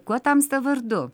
kuo tamsta vardu